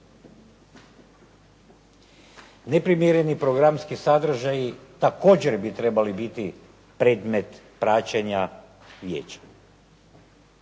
Neprimjereni programski sadržaji također bi trebali biti predmet praćenja vijeća.